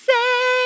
Say